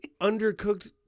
Undercooked